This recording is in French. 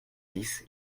dix